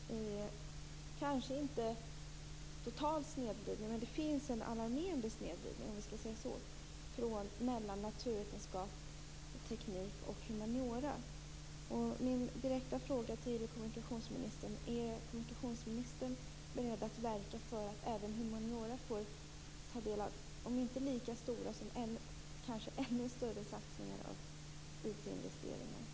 Det är kanske inte en total snedvridning, men det är en alarmerande snedvridning mellan dels naturvetenskap och teknik, dels humaniora. Min direkta fråga till kommunikationsministern lyder: Är kommunikationsministern beredd att verka för att även humaniora får ta del av, om inte lika stora så kanske ännu större, satsningar på IT-investeringar?